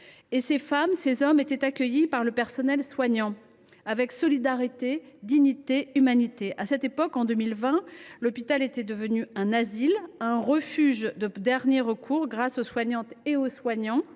Ces femmes et ces hommes étaient accueillis par le personnel soignant avec solidarité, dignité et humanité. En 2020, l’hôpital était devenu un asile, un refuge de dernier recours grâce aux soignantes et aux soignants,